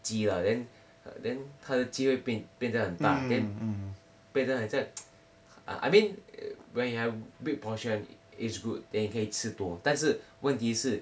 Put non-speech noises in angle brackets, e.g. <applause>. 鸡 lah then then 他的鸡会变变成很大 then 变成很像 <noise> err I mean when you have big portion it's good then 你可以吃多但是问题是